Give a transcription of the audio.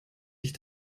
ich